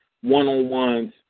one-on-ones